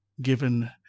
given